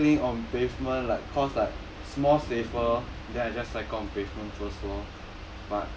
cycling on pavement like cause like more safer then I just like cycle on pavement first lor